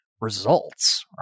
results